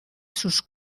sus